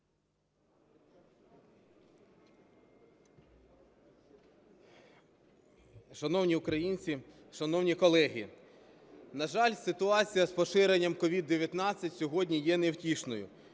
Шановні українці, шановні колеги! На жаль, ситуація з поширенням COVID-19 сьогодні є невтішною.